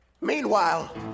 Meanwhile